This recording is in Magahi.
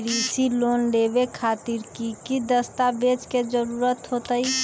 कृषि लोन लेबे खातिर की की दस्तावेज के जरूरत होतई?